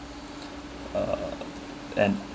uh and